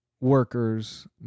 workers